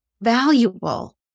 valuable